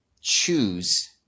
choose